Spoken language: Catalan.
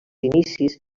inicis